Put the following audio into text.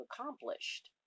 accomplished